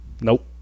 Nope